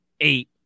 eight